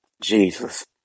Jesus